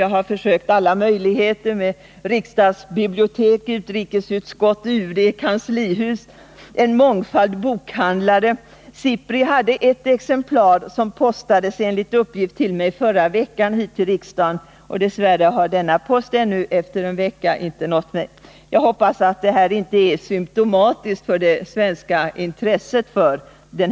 Jag har försökt alla möjligheter: riksdagsbiblioteket, utrikesutskottet, UD, kanslihuset och en mångfald bokhandlare. SIPRI hade ett exemplar som enligt uppgift postades till mig här på riksdagen förra veckan. Dess värre har denna post ännu efter en vecka inte nått mig. Jag hoppas att det inte är symtomatiskt för det svenska intresset för boken.